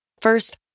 First